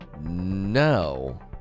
No